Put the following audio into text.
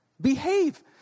Behave